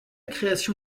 création